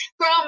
Girl